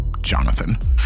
Jonathan